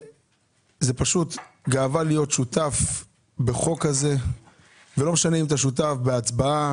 וזו פשוט גאווה להיות שותף בחוק שכזה ולא משנה אם אתה שותף בהצבעה,